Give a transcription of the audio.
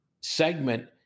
segment